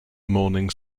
morning